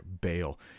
bail